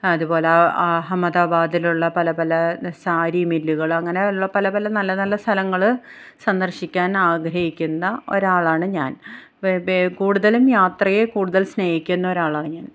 അതുപോലെ അഹമ്മദാബാദിലുള്ള പല പല സാരി മില്ലുകൾ അങ്ങനെ ഉള്ള പല പല നല്ല നല്ല സ്ഥലങ്ങൾ സന്ദര്ശിക്കാന് ആഗ്രഹിക്കുന്ന ഒരാളാണ് ഞാന് ബെ കൂടുതലും യാത്രയെ കൂടുതല് സ്നേഹിക്കുന്ന ഒരാളാണ് ഞാന്